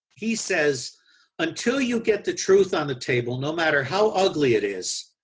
he says until you get the truth on the table, no matter how ugly it is,